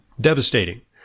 devastating